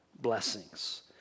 blessings